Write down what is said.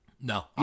No